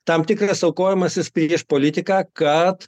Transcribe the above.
tam tikras aukojimasis prieš politiką kad